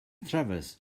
travis